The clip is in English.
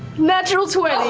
natural twenty.